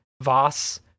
voss